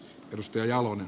risto jalonen